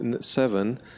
seven